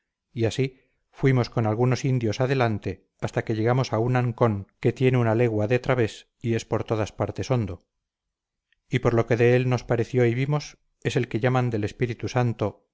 y así fuimos con algunos indios adelante hasta que llegamos a un ancón que tiene una legua de través y es por todas partes hondo y por lo que de él nos pareció y vimos es el que llaman del espíritu santo